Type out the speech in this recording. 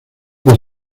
una